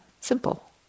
Simple